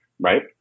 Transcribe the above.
right